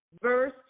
verse